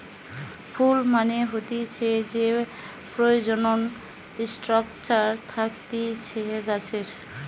ফুল মানে হতিছে যে প্রজনন স্ট্রাকচার থাকতিছে গাছের